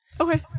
Okay